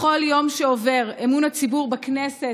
בכל יום שעובר אמון הציבור בכנסת,